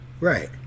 Right